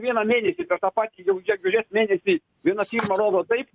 vieną mėnesį per tą patį jau gegužės mėnesį kai viena firma rodo taip